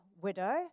widow